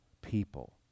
people